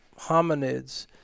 hominids